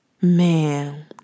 Man